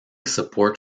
support